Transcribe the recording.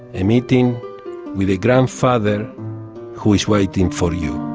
and meeting with a grandfather who is waiting for you.